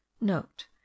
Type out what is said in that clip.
note